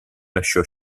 lasciò